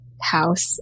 house